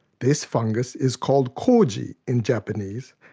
this fungus is called koji in japanese,